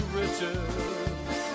riches